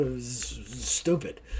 stupid